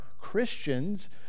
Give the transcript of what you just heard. Christians